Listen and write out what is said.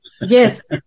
Yes